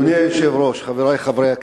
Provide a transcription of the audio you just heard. אדוני היושב-ראש, חברי חברי הכנסת,